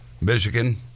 Michigan